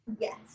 Yes